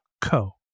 co